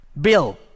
bill